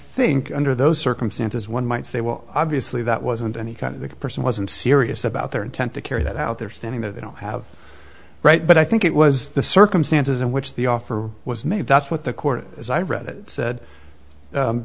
think under those circumstances one might say well obviously that wasn't any kind of a person wasn't serious about their intent to carry that out they're standing there they don't have a right but i think it was the circumstances in which the offer was made that's what the court as i read it said